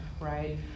right